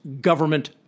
government